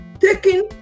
Taking